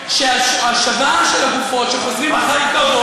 שהשבה של הגופות, שחוזרים אחר כבוד,